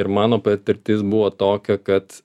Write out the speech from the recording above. ir mano patirtis buvo tokia kad